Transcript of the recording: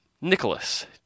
Nicholas